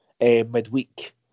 midweek